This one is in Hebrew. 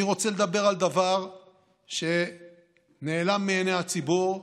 אני רוצה לדבר על דבר שנעלם מעיני הציבור,